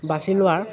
বাচি লোৱাৰ